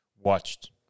watched